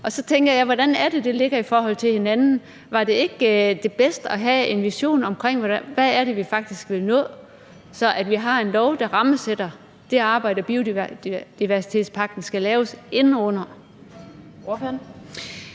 Så tænker jeg: Hvordan er det, det ligger i forhold til hinanden? Var det ikke bedst at have en vision om, hvad det er, vi faktisk vil nå, så vi har en lov, der rammesætter det arbejde, biodiversitetspakken skal laves inde under?